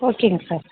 ஓகேங்க சார்